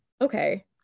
okay